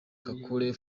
kakule